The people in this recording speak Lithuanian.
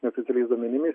neoficialiais duomenimis